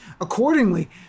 accordingly